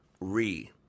Re